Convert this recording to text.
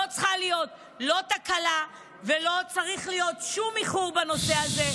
לא צריכה להיות לא תקלה ולא צריך להיות שום איחור בנושא הזה.